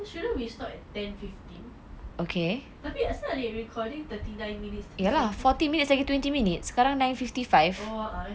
but shouldn't we stop at ten fifteen tapi asal adik punya recording thirty nine minutes thirty seven oh ah ah eh